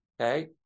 Okay